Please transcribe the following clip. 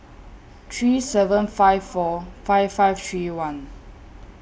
three seven five four five five three one